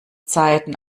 zeiten